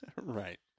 right